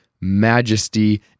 majesty